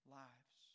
lives